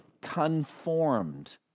Conformed